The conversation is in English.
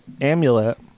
amulet